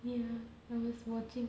ya I was watching